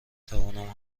توانم